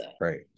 right